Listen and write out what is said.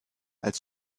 als